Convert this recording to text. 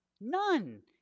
none